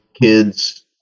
kids